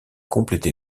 compléter